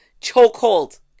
chokehold